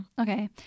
okay